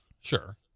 sure